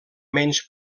menys